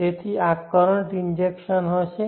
તેથી આ current injection હશે